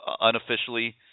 unofficially